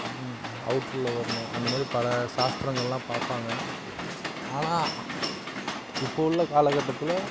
அவுட்டர்ல வரணும் அந்த மாதிரி பல சாஸ்திரங்கள்லாம் பார்ப்பாங்க ஆனால் இப்போது உள்ள காலகட்டத்தில்